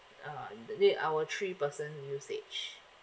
uh the our three person usage